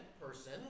person